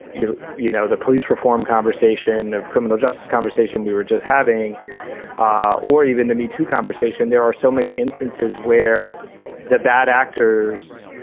you you know, the police reform conversation of criminal justice conversation we were just having ah or even the mid to conversation. there are so many instances where the bad actors,